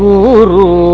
Guru